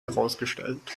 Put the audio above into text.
herausgestellt